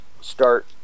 start